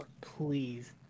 Please